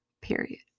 period